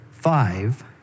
five